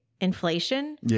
inflation